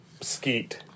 Skeet